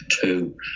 two